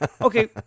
Okay